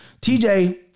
TJ